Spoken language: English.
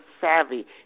savvy